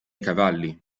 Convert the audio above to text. cavalli